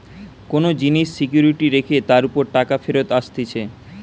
কোন জিনিস সিকিউরিটি রেখে তার উপর টাকা ফেরত আসতিছে